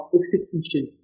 execution